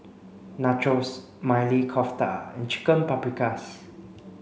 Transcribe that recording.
Nachos Maili Kofta and Chicken Paprikas